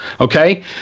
Okay